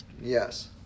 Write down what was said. Yes